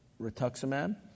rituximab